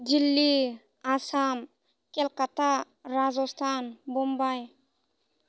Delhi Assam Calcutta Rajasthan Mumbai